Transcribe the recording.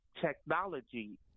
technology